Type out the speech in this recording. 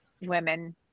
women